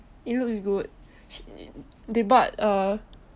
it looks good sh~ they bought uh